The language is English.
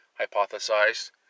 hypothesized